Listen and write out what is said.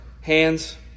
hands